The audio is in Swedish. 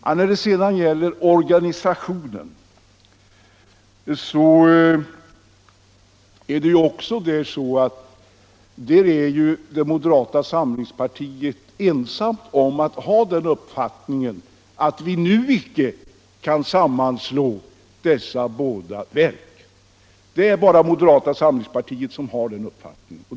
Också beträffande organisationen är moderata samlingspartiet ensamt om att hysa den uppfattningen att vi nu inte kan sammanslå de två verken.